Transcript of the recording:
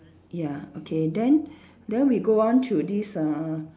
ya okay then then we go on to this uh uh